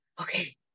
okay